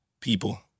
people